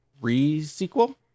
re-sequel